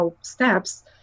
steps